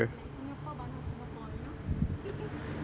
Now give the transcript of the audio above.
like singapore but not singapore you know